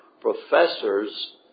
professors